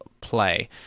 play